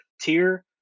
tier